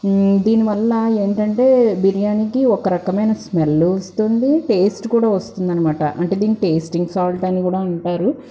దీని వల్ల ఏంటంటే బిర్యానీకి ఒక రకమైన స్మెల్ వస్తుంది టేస్ట్ కూడా వస్తుందనమాట అంటే దీన్ని టేస్టింగ్ సాల్ట్ అని కూడా అంటారు